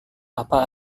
apa